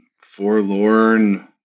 forlorn